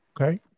okay